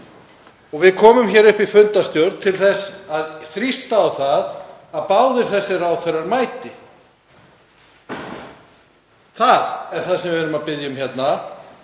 Við komum hér upp í fundarstjórn til þess að þrýsta á það að báðir þessir ráðherrar mæti. Það er það sem við erum að biðja um hérna.